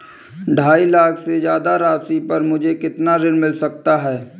ढाई लाख से ज्यादा राशि पर मुझे कितना ऋण मिल सकता है?